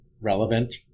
relevant